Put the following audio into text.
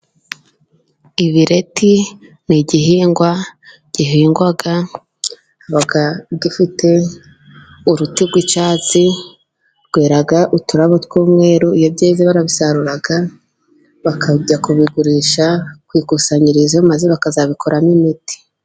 Ibireti ni igihingwa gihingwa kiba gifite uruti rw'icyatsi, rwera uturabo tw'umweru iyo byeze barabisarura bakajya kubigurisha ku ikusanyirizo, maze bakazabikoramo imiti.